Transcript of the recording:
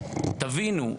תבינו,